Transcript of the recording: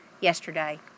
yesterday